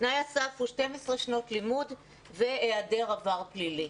תנאי הסף הוא 12 שנות לימוד והיעדר עבר פלילי.